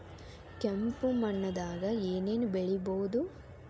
ಕೆಂಪು ಮಣ್ಣದಾಗ ಏನ್ ಏನ್ ಬೆಳಿಬೊದು?